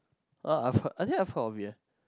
oh I've heard I think I've heard of it eh